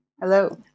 Hello